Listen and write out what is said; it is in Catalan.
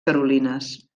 carolines